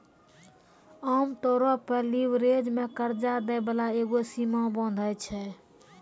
आमतौरो पे लीवरेज मे कर्जा दै बाला एगो सीमा बाँधै छै